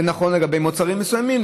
זה נכון לגבי מוצרים מסוימים,